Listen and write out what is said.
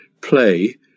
play